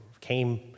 came